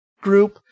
group